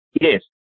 Yes